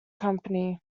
company